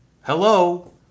Hello